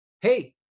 hey